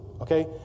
Okay